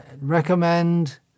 recommend